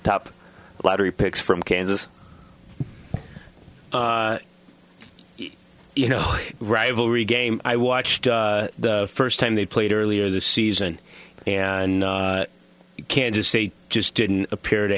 top lottery picks from kansas you know rivalry game i watched the first time they played earlier this season and you can't just say just didn't appear to